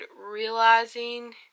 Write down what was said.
realizing